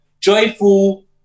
joyful